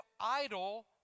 idle